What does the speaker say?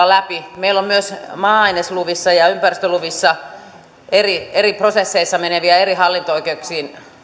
läpi meillä on myös maa ainesluvissa ja ympäristöluvissa valitusreitit eri prosesseissa eri hallinto oikeuksiin